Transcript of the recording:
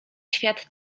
świat